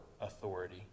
authority